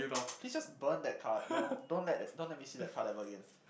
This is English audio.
please just burn that card don't don't let it don't let me see that card ever again